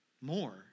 More